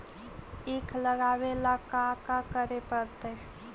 ईख लगावे ला का का करे पड़तैई?